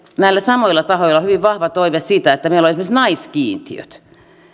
näillä samoilla tahoilla on hyvin vahva toive siitä että meillä on esimerkiksi naiskiintiöt